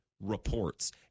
reports